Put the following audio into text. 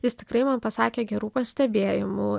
jis tikrai man pasakė gerų pastebėjimų